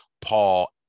Paul